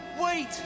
Wait